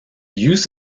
use